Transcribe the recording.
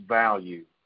value